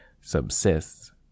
subsists